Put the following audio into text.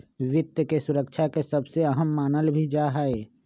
वित्त के सुरक्षा के सबसे अहम मानल भी जा हई